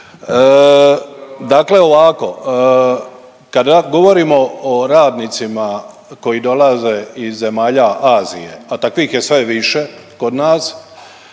Dakle, ovako, kada govorimo o radnicima koji dolaze iz zemalja Azije, a takvih je sve više kod nas